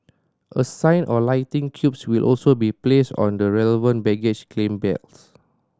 a sign or lightning cubes will also be placed on the relevant baggage claim belts